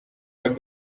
but